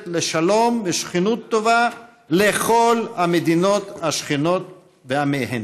לשלום ולשכנות טובה "לכל המדינות השכנות ועמיהן".